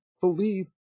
believe